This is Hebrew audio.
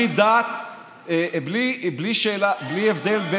בלי הבדל,